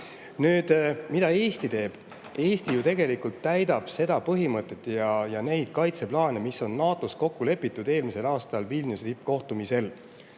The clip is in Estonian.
2,5%.Nüüd, mida Eesti teeb. Eesti ju tegelikult täidab seda põhimõtet ja neid kaitseplaane, mis on NATO‑s kokku lepitud eelmisel aastal Vilniuse tippkohtumisel,